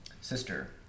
sister